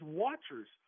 watchers